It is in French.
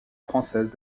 française